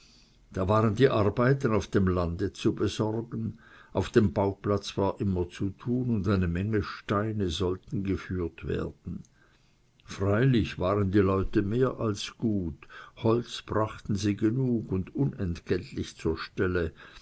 da waren die arbeiten auf dem lande zu besorgen auf dem bauplatz war immer zu tun und eine menge steine sollten geführt werden freilich waren die leute mehr als gut holz brachten sie genug und unentgeltlich zur stelle